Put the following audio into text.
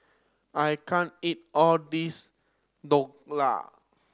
I can't eat all this Dhokla